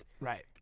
Right